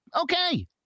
okay